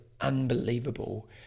unbelievable